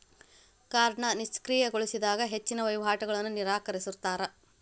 ಕಾರ್ಡ್ನ ನಿಷ್ಕ್ರಿಯಗೊಳಿಸಿದಾಗ ಹೆಚ್ಚಿನ್ ವಹಿವಾಟುಗಳನ್ನ ನಿರಾಕರಿಸ್ತಾರಾ